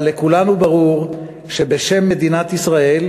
אבל לכולנו ברור שבשם מדינת ישראל,